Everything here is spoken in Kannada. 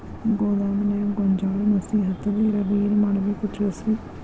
ಗೋದಾಮಿನ್ಯಾಗ ಗೋಂಜಾಳ ನುಸಿ ಹತ್ತದೇ ಇರಲು ಏನು ಮಾಡಬೇಕು ತಿಳಸ್ರಿ